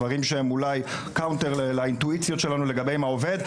דברים שהם אולי קאונטר לאינטואיציות שלנו לגבי מה עובד.